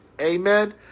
Amen